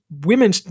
women